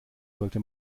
sollte